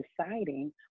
deciding